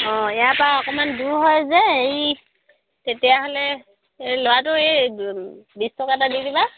অঁ ইয়াৰ পৰা অকণমান দূৰ হয় যে এই তেতিয়াহ'লে ল'ৰাটো এই বিশ টকা এটা দি দিবা